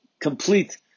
complete